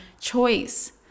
choice